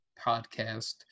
podcast